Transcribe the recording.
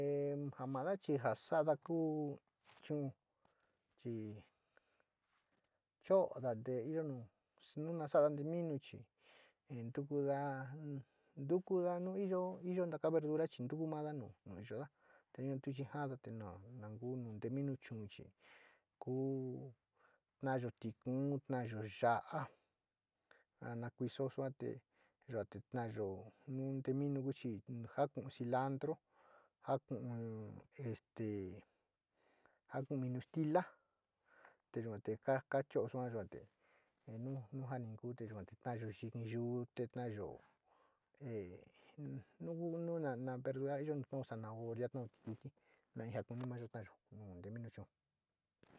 Ee ja mada chi ja sada ku chuu chi cho´oda nteeyo nu nu na sa´ada tee minu chi ntukada, ntukada iyo taka verdura chi ntoku mada nu yura tu vijada nan ku te mino chuu chi ku taayo ntku, taayo ya te ne xitu sua e yua te taayo ntku, taayo yua ko minu kau chi. Jo kuu chinito jarko este jakun minu srilá te yua te ka choto te nu ja mi ku te taayo vini yuu, te taape nu na verdura iyo taayo zanahoria te mino chuu.